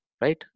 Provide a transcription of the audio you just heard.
right